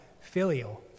filial